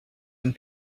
and